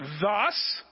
Thus